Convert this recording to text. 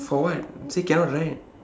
for what still cannot right